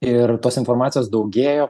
ir tos informacijos daugėjo